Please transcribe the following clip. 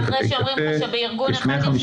אחרי שאומרים לך שבארגון אחד יש